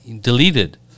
deleted